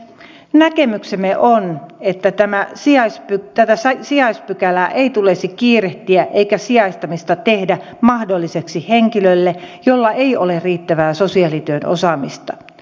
näkemyksemme on että tätä sijaispykälää ei tulisi kiirehtiä eikä sijaistamista tehdä mahdolliseksi henkilölle jolla ei ole riittävää sosiaalityön osaamista